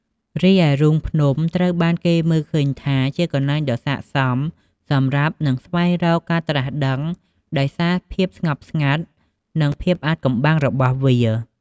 រីឯរូងភ្នំ ត្រូវបានគេមើលឃើញថាជាកន្លែងដ៏ស័ក្តិសមសម្រាប់ និង ស្វែងរកការត្រាស់ដឹង ដោយសារភាពស្ងប់ស្ងាត់ និងភាពអាថ៌កំបាំងរបស់វា។